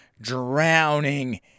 drowning